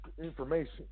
information